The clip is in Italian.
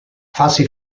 fase